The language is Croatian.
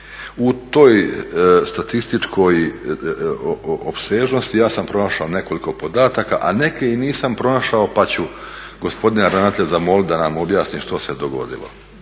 U toj statističkoj opsežnosti ja sam pronašao nekoliko podataka, a neke i nisam pronašao pa ću gospodina ravnatelja zamolit da nam objasnit što se dogodilo.